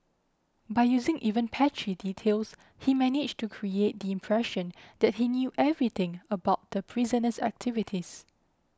by using even patchy details he managed to create the impression that he knew everything about the prisoner's activities